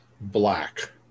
black